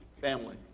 family